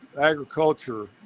agriculture